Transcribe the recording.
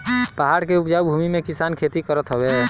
पहाड़ के उपजाऊ भूमि पे किसान खेती करत हवे